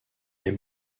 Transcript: aime